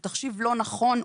הוא תחשיב לא נכון.